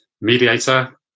mediator